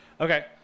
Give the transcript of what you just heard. Okay